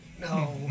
No